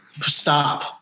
stop